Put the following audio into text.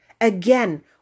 Again